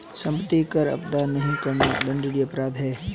सम्पत्ति कर अदा नहीं करना दण्डनीय अपराध है